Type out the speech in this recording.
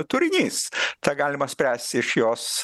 turinys tą galima spręsti iš jos